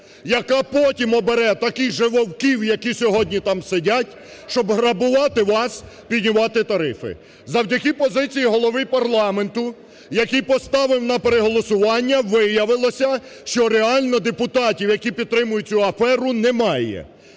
яка потім обере таких же "вовків" як і сьогодні там сидять, щоб грабувати вас, піднімати тарифи. Завдяки позиції Голови парламенту, який поставив на переголосування, виявилося, що реально депутатів, які підтримують цю аферу немає.